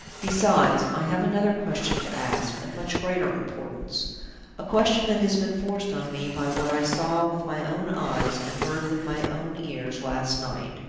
besides, i have another question to ask, of much greater importance a question that has been forced on me by what i saw with my own eyes, and heard with my own ears, last night.